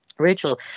Rachel